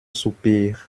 soupir